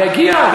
אני אגיע,